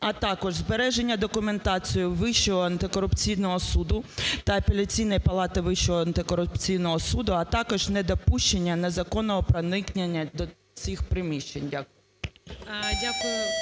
а також збереження документації Вищого антикорупційного суду та Апеляційної палати Вищого антикорупційного суду, а також недопущення незаконного проникнення до цих приміщень". Дякую.